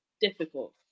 difficult